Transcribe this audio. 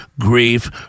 grief